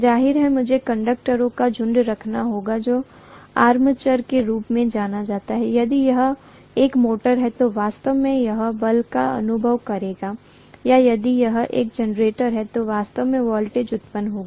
जाहिर है मुझे कंडक्टरों का झुंड रखना होगा जो आर्मेचर के रूप में जाना जाता है यदि यह एक मोटर है तो वास्तव में यह बल का अनुभव करेगा या यदि यह एक जनरेटर है तो वास्तव में वोल्टेज उत्पन्न होगा